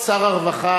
כבוד שר הרווחה,